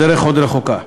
הדרך עוד רחוקה.